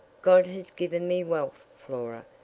god has given me wealth, flora,